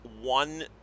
one